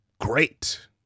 great